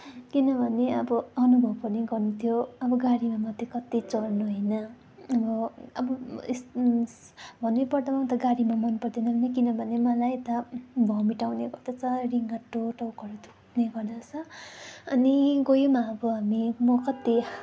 किनभने अब अनुभव पनि गर्नु थियो अब गाडीमा मात्रै कत्ति चढ्नु होइन अब अब यस भन्नुपर्दामा त गाडीमा मन पर्दैन भने किनभने मलाई त वोमिट आउने गर्दछ रिङ्टा टाउकोहरू दुख्ने गर्दछ अनि गयौँ अब हामी म कत्ति